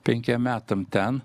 penkiem metam ten